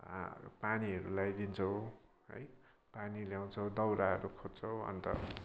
पानीहरू ल्याइदिन्छौँ है पानी ल्याउँछौँ दाउराहरू खोज्छौँ अन्त